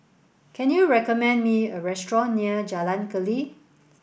can you recommend me a restaurant near Jalan Keli